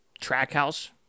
Trackhouse